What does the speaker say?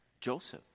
Joseph